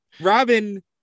Robin